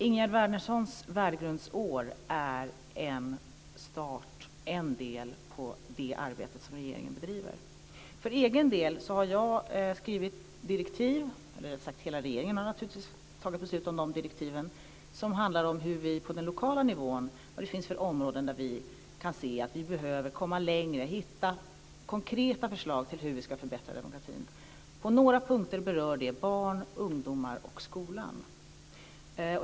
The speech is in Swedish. Ingegerd Wärnerssons värdegrundsår är en del i det arbete som regeringen bedriver. Regeringen har fattat beslut om direktiv som handlar om att se efter vilka områden det finns på den lokala nivån där vi behöver komma längre och hitta konkreta förslag till hur vi ska förbättra demokratin. På några punkter berör detta barn, ungdomar och skolan.